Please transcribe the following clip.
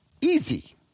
Easy